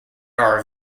are